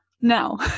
Now